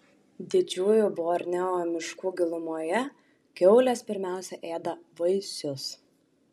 didžiųjų borneo miškų gilumoje kiaulės pirmiausia ėda vaisius